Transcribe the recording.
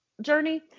journey